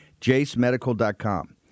JaceMedical.com